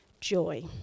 joy